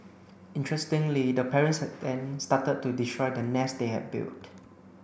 interestingly the parents then started to destroy the nest they had built